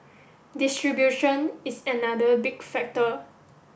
distribution is another big factor